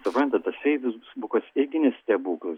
suptantat tas feisbukas irgi ne stebuklas